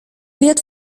wird